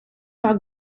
pas